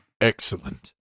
excellent